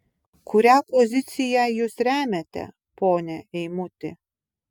kurią poziciją jūs remiate pone eimuti